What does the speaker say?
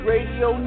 Radio